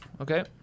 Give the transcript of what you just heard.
Okay